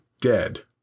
dead